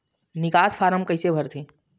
निकास फारम कइसे भरथे?